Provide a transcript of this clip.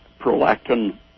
prolactin